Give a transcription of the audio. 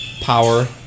power